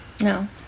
No